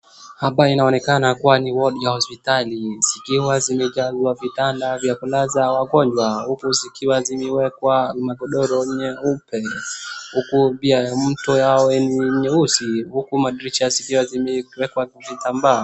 Hapa inaonekana kuwa ni wadi ya hospitali, zikiwa zimejazwa vitanda vya kulaza wagonjwa huku zikiwa zimewekwa magodoro nyeupe huko pia mito ya ni nyeusi huku madirisha zikiwa zimeekwa vitamba.